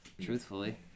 truthfully